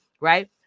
Right